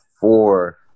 four